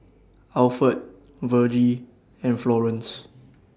Alford Vergie and Florence